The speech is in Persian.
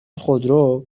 خودرو